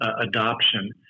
adoption